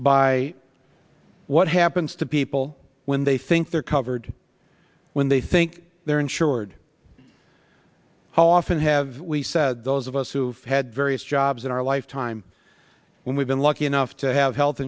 by what happens to people when they think they're covered when they think they're insured how often have we said those of us who've had various jobs in our lifetime when we've been lucky enough to have health